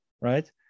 right